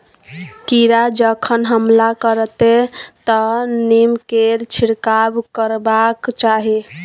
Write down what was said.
कीड़ा जखन हमला करतै तँ नीमकेर छिड़काव करबाक चाही